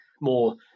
More